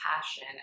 passion